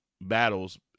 battles